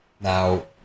Now